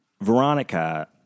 Veronica